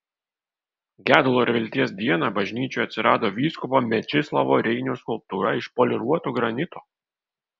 gedulo ir vilties dieną bažnyčioje atsirado vyskupo mečislovo reinio skulptūra iš poliruoto granito